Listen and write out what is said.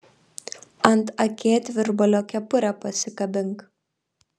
ant akėtvirbalio kepurę pasikabink